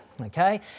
okay